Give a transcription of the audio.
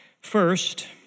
First